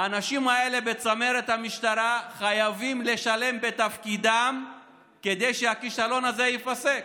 האנשים האלה בצמרת המשטרה חייבים לשלם בתפקידם כדי שהכישלון הזה ייפסק.